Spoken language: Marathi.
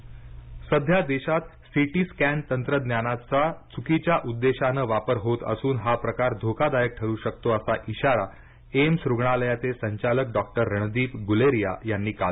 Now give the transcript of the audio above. एम्स सध्या देशात सिटी स्कॅन तंत्रज्ञानाचा चुकीच्या उद्देशानं वापर होत असून हा प्रकार धोकादायक ठरू शकतोअसा इशारा एम्स रुग्णालयाचे संचालक डॉक्टर रणदीप गुलेरिया यांनी काल दिला